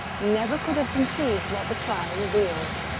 never could have conceived what the trial reveals.